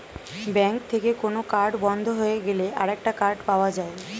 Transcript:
bank থেকে কোন card বন্ধ হয়ে গেলে আরেকটা কার্ড পাওয়া যায়